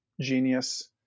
genius